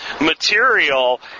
material